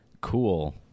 cool